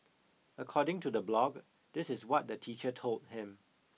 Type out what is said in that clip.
according to the blog this is what the teacher told him